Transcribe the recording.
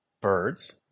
birds